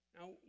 Now